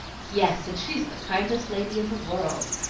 yes, and she's the kindest lady in the world!